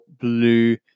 blue